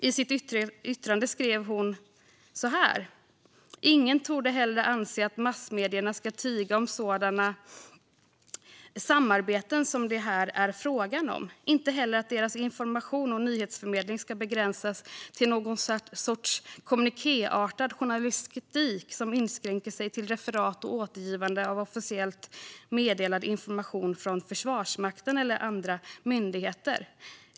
I sitt yttrande skrev hon så här: Ingen torde heller anse att massmedierna ska tiga om sådana samarbeten som det här är frågan om, inte heller att deras information och nyhetsförmedling ska begränsas till någon sorts kommunikéartad journalistik som inskränker sig till referat och återgivande av officiellt meddelad information från Försvarsmakten eller andra myndigheter.